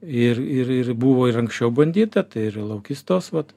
ir ir ir ir buvo ir anksčiau bandyta tai ir laukystos vat